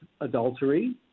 Adultery